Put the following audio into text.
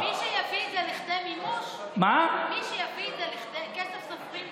לא, מי שיביא את זה לכדי מימוש, צריך להיות